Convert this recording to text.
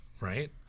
right